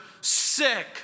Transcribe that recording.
sick